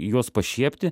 juos pašiepti